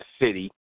city